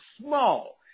small